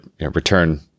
return